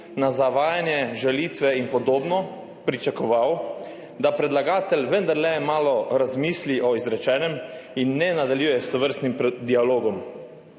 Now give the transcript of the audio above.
na zavajanje, žalitve in podobno pričakoval, da predlagatelj vendarle malo razmisli o izrečenem in ne nadaljuje s tovrstnim dialogom.